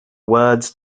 words